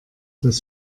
das